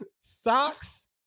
socks